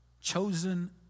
Chosen